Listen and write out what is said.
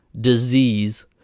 disease